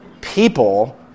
people